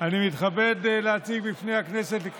אני עזרתי לך.